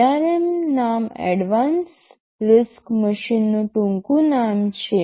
ARM નામ advanced RISC મશીનનું ટૂંકું નામ છે